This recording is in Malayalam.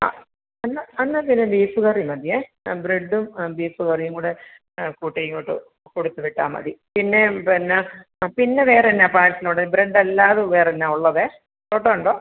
ആ എന്നാൽ എന്നാൽ പിന്നെ ബീഫ് കറി മതിയേ ആ ബ്രഡ്ഡും ആ ബീഫ് കറിയും കൂടെ കൂട്ടി ഇങ്ങോട്ട് കൊടുത്ത് വിട്ടാൽമതി പിന്നെ പിന്നെ ആ പിന്നെ വേറെ എന്താ പാഴ്സലുള്ളത് ബ്രഡ്ഡ് അല്ലാതെ വേറെ എന്താ ഉള്ളതേ പൊറോട്ട ഉണ്ടോ